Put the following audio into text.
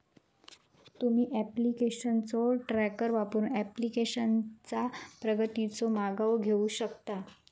तुम्ही ऍप्लिकेशनचो ट्रॅकर वापरून ऍप्लिकेशनचा प्रगतीचो मागोवा घेऊ शकता